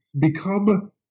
become